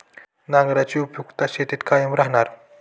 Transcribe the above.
नांगराची उपयुक्तता शेतीत कायम राहणार